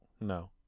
No